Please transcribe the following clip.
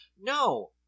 no